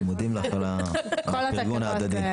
מודים לך על הפרגון ההדדי.